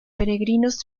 peregrinos